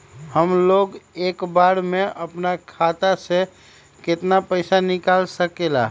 हमलोग एक बार में अपना खाता से केतना पैसा निकाल सकेला?